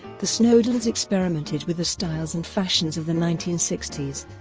the snowdons experimented with the styles and fashions of the nineteen sixty s.